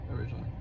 originally